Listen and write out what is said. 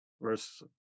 verse